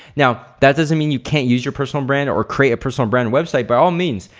now, that doesn't mean you can't use your personal brand or create a personal brand website. by all means,